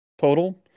total